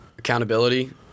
Accountability